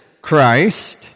Christ